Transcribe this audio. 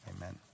Amen